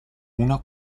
una